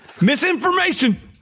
Misinformation